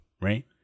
right